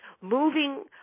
moving